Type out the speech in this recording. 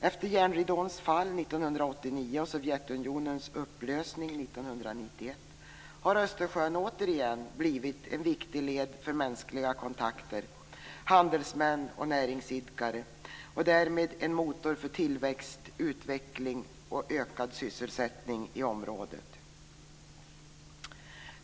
Efter järnridåns fall 1989 och Sovjetunionens upplösning 1991 har Östersjön återigen blivit en viktig led för mänskliga kontakter, handelsmän och näringsidkare och därmed en motor för tillväxt, utveckling och ökad sysselsättning i området.